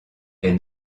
est